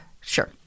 sure